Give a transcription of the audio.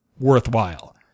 worthwhile